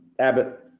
abbot,